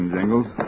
Jingles